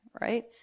right